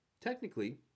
Technically